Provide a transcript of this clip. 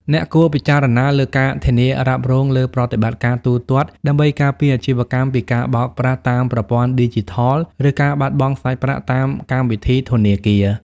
អ្នកគួរពិចារណាលើ ការធានារ៉ាប់រងលើប្រតិបត្តិការទូទាត់ ដើម្បីការពារអាជីវកម្មពីការបោកប្រាស់តាមប្រព័ន្ធឌីជីថល ឬការបាត់បង់សាច់ប្រាក់តាមកម្មវិធីធនាគារ។